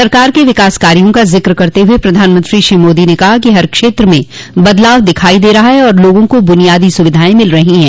सरकार के विकास कार्यों का जिक्र करते हुए प्रधानमंत्री श्री मोदी ने कहा कि हर क्षेत्र में बदलाव दिखाई दे रहा है और लोगों को बुनियादी सुविधाएं मिल रही हैं